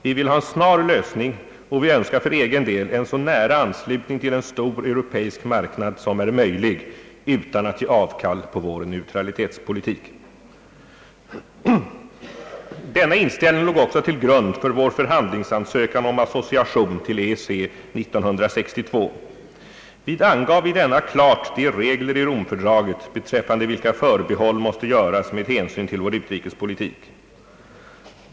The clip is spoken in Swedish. Vi vill ha en snar lösning och vi önskar för egen del en så nära anslutning till en stor europeisk marknad som är möjlig utan att ge avkall på vår neutralitetspolitik. Denna inställning låg också till grund för vår förhandlingsansökan om association till EEC 1962. Vi angav i denna klart de regler i romfördraget beträffande vilka förbehåll måste göras med hänsyn till vår utrikespolitik.